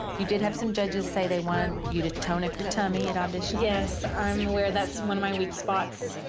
you did have some judges say they wanted you to tone up the tummy at auditions. yes, i'm aware that's one of my weak spots.